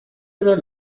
oder